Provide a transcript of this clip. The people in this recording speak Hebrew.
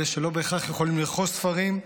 אלה שלא בהכרח יכולים לרכוש ספרים,